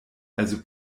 also